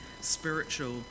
spiritual